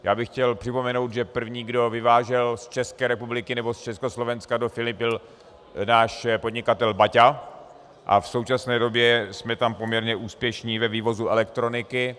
Já bych chtěl připomenout, že první, kdo vyvážel z České republiky nebo z Československa do Filipín, byl náš podnikatel Baťa a v současné době jsme tam poměrně úspěšní ve vývozu elektroniky.